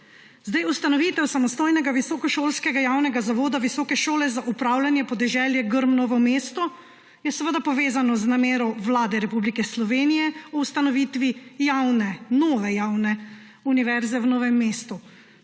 gre. Ustanovitev samostojnega visokošolskega javnega zavoda Visoke šole za upravljanje podeželje Grm Novo mesto je seveda povezano z namero Vlade Republike Slovenije o ustanovitvi nove javne univerze v Novem mestu.